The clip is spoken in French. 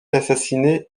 assassiné